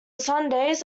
sundays